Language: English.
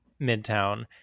Midtown